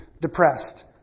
depressed